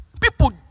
People